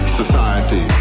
society